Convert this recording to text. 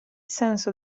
senso